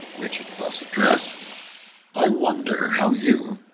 which it thus addressed i wonder how you,